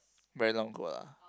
very long ago lah